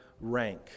rank